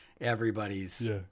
Everybody's